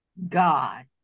God